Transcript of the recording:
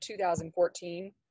2014